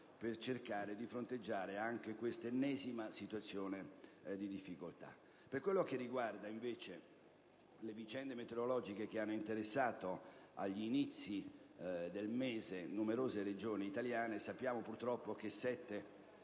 per cercare di fronteggiare anche questa ennesima situazione di difficoltà. Per quanto riguarda, invece, le vicende meteorologiche che hanno interessato agli inizi del mese numerose regioni italiane, sappiamo purtroppo che sei